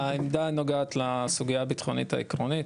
העמדה נוגעת לסוגיה הביטחונית העקרונית,